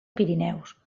pirineus